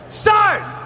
start